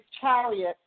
chariot